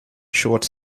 short